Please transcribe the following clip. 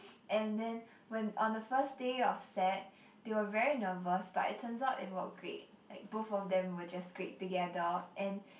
and then when on the first day of set they were very nervous but it turns out it work great like both of them were just great together and